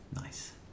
Nice